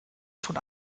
schon